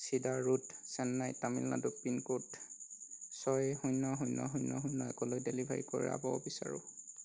cedar road Chennai Tamil Nadu pin code ছয় শূন্য শূন্য শূন্য শূন্য একলৈ ডেলিভাৰী কৰাব বিচাৰোঁ